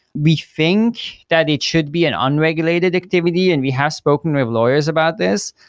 we think that it should be an unregulated activity and we have spoken with lawyers about this,